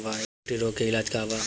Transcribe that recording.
गिल्टी रोग के इलाज का ह?